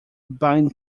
bind